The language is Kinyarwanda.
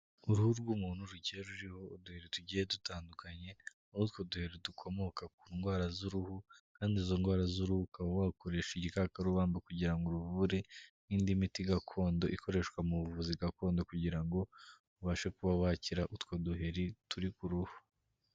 Uruhu rw'umuntu rugiye ruriho uduheri tugiye dutandukanye, aho utwo duheri dukomoka ku ndwara z'uruhu kandi izo ndwara z'uruhu ukaba wakoresha igikakarubamba kugira ngo uruvure n'indi miti gakondo ikoreshwa mu buvuzi gakondo, kugira ngo ubashe kuba wakira utwo duheri turi ku ruhu.